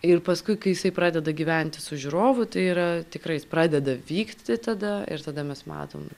ir paskui kai jisai pradeda gyventi su žiūrovu tai yra tikrai jis pradeda vykti tada ir tada mes matom